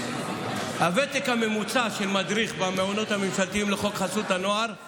הוותק הממוצע של מדריך במעונות הממשלתיים לחוק חסות הנוער הוא